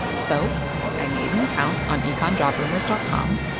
so i made an account on econjobrumors dot com.